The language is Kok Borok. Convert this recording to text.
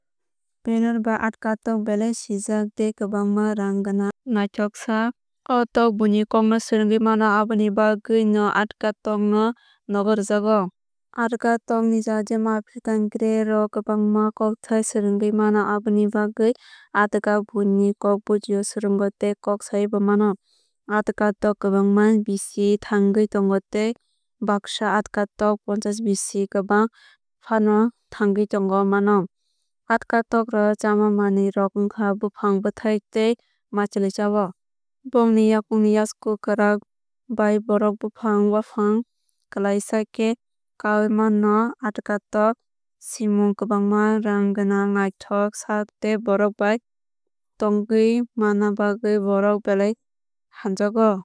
Parrot ba atka tok belai sijak tei kwbangma rong gwnang naithok sak. O tok bui ni kok no swrungwui mano aboni bagwui no atka tok no nogo rwjago. Atka tok ni jaat jemon African Grey rok kwbangma kokthai swrungwui mano aboni bagwui atka buini kok bjio swrungo tei kok sai bo mano. Akta tok kwbangma bisi thangwui tongo tei bagsa atka tok ponchash bisi ni kwbang fano thangwui tongo mano. Atka tok rok chama manwui rok ongka bwfang bwthai tei maichwlui cah o. Bongni yakung ni yasku kwrak bai bohrok bwfang wafang klaisa khe kai o mano. Atka tok simung kwbangma rong gwnang naithok sak tei borok bai tongwui manma bagwui borok bai belai hamjago.